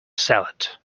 salad